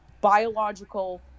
biological